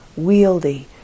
wieldy